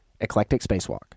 eclecticspacewalk